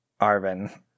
Arvin